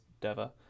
Deva